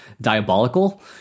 diabolical